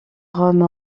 rome